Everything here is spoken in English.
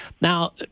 Now